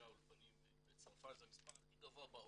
אולפנים בצרפת, זה המספר הכי גבוה בעולם,